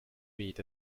meet